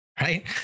right